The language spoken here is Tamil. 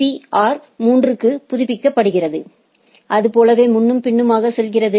பீஆர் 3 க்கு புதுப்பிக்கப்படுகிறது அது போலவே முன்னும் பின்னுமாக செல்கிறது